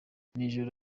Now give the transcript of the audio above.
nijoro